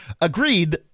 Agreed